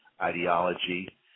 ideology